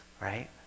right